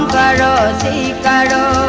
da da da da